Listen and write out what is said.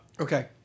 okay